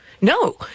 No